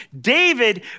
David